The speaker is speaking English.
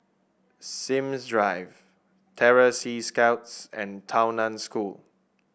Sims Drive Terror Sea Scouts and Tao Nan School